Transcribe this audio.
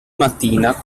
mattina